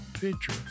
picture